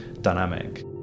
dynamic